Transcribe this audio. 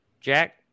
jack